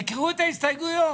תקראו את ההסתייגויות,